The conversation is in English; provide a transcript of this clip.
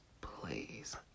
please